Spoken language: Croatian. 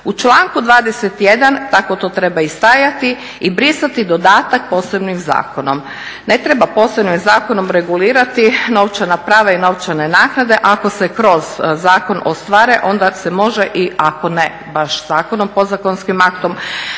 U članku 21. tako to treba i stajati i brisati dodatak posebnim zakonom. Ne treba posebnim zakonom regulirati novčana prava i novčane naknade ako se kroz zakon ostvare, onda se može i ako ne baš zakonom, podzakonskim aktom